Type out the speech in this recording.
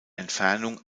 entfernung